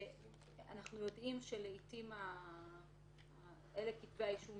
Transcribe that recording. אנחנו יודעים שלעתים אלה כתבי האישום